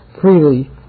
freely